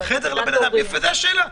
--- חדר לבן אדם, זאת השאלה.